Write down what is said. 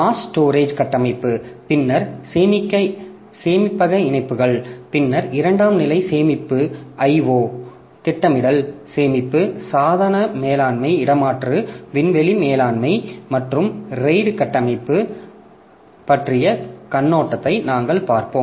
mass storage கட்டமைப்பு பின்னர் சேமிப்பக இணைப்புகள் பின்னர் இரண்டாம் நிலை சேமிப்பு IO திட்டமிடல் சேமிப்பு சாதன மேலாண்மை இடமாற்று விண்வெளி மேலாண்மை மற்றும் RAID கட்டமைப்பு பற்றிய கண்ணோட்டத்தை நாங்கள் பார்ப்போம்